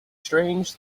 strange